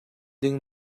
ding